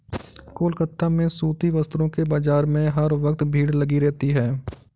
कोलकाता में सूती वस्त्रों के बाजार में हर वक्त भीड़ लगी रहती है